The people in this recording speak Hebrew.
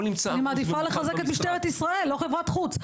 אני מעדיפה לחזק את משטרת ישראל ולא חברות חוץ.